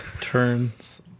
turns